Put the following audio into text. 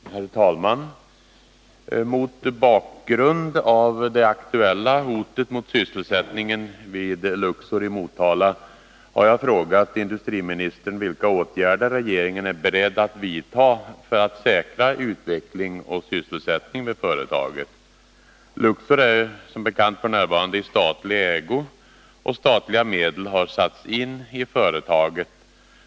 Herr talman! Mot bakgrund av det aktuella hotet mot sysselsättningen vid Om verksamheten Luxor i Motala har jag frågat industriministern vilka åtgärder regeringen är vid Luxor Industri beredd att vidta för att säkra utveckling och sysselsättning vid företaget. AB i Motala Luxor är som bekant f.n. i statlig ägo, och statliga medel har satts in i företaget.